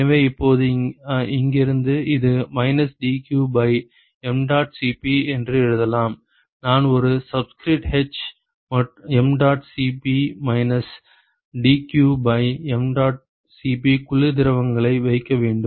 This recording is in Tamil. எனவே இப்போது இங்கிருந்து இது minus dq by mdot Cp என்று எழுதலாம் நான் ஒரு subscript h mdot Cp minus dq by mdot Cp குளிர் திரவங்களை வைக்க வேண்டும்